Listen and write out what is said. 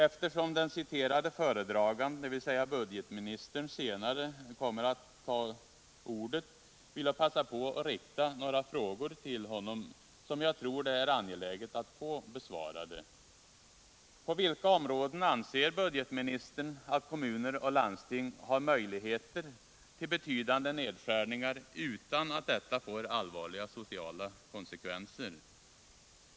Eftersom den citerade föredraganden, dvs. budgetministern, senare kommer att ha ordet, vill jag passa på att rikta några frågor till honom, som jag tror att det är angeläget att få besvarade: På vilka områden anser budgetministern att kommuner och landsting har möjligheter till betydande nedskärningar utan att detta får allvarliga sociala konsekvenser?